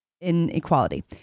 Inequality